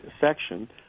section